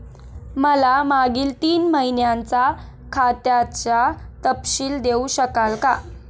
मला मागील तीन महिन्यांचा खात्याचा तपशील देऊ शकाल का?